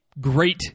great